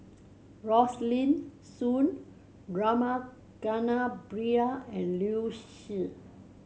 Rosaline Soon Rama Kannabiran and Liu Si